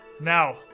Now